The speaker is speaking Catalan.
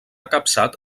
capçat